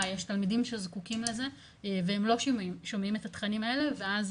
יש תלמידים שזקוקים לזה והם לא שומעים את התכנים האלה ואז